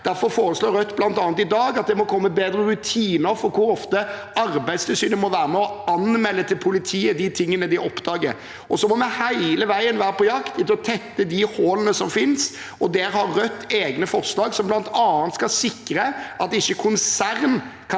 Derfor foreslår Rødt bl.a. i dag at det må komme bedre rutiner for hvor ofte Arbeidstilsynet må være med og anmelde til politiet de tingene de oppdager. Så må vi hele veien være på jakt etter å tette de hullene som finnes. Der har Rødt egne forslag som bl.a. skal sikre at ikke konserner kan